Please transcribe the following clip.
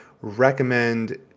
recommend